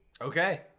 Okay